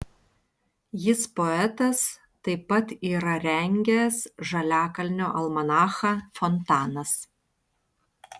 jis poetas taip pat yra rengęs žaliakalnio almanachą fontanas